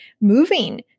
moving